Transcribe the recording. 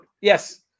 Yes